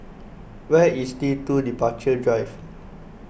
where is T two Departure Drive